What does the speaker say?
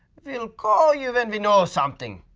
we'll call you when we know something.